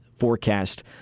forecast